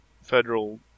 federal